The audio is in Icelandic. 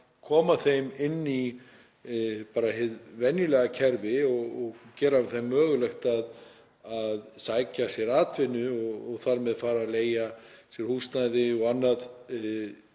koma þeim inn í hið venjulega kerfi og gera þeim mögulegt að sækja sér atvinnu og fara þar með að leigja sér húsnæði og annað